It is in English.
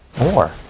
more